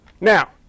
Now